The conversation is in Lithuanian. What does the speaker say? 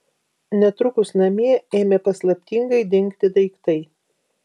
netrukus namie ėmė paslaptingai dingti daiktai